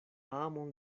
amon